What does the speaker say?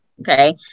Okay